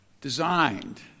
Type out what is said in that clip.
designed